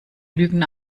lügen